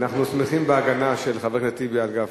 אנחנו שמחים בהגנה של חבר הכנסת טיבי על גפני.